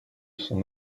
son